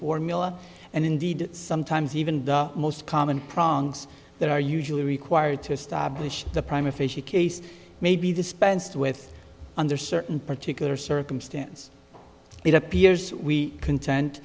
formula and indeed sometimes even the most common pranks that are usually required to establish the prime officially case may be dispensed with under certain particular circumstance it appears we conten